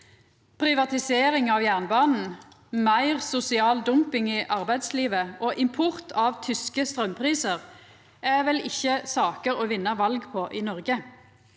Privatisering av jernbanen, meir sosial dumping i arbeidslivet og import av tyske straumprisar er vel ikkje saker å vinna val på i Noreg.